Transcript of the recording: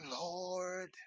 Lord